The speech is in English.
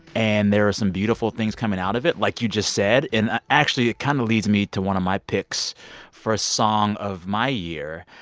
and there are some beautiful things coming out of it, like you just said. and actually, it kind of leads me to one of my picks for a song of my year.